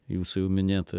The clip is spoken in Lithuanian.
jūsų jau minėta